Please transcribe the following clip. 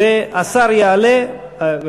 של המליאה שנדון